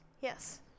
Yes